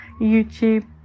YouTube